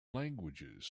languages